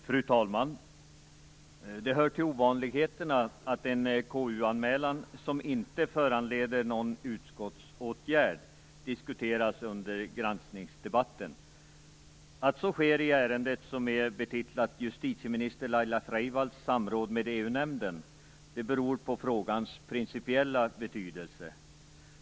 Fru talman! Det hör till ovanligheterna att en KU anmälan som inte föranleder någon utskottsåtgärd diskuteras under granskningsdebatten. Att så sker i ärendet som är betitlat "Justitieminister Laila Freivalds samråd med EU-nämnden" beror på frågans principiella betydelse.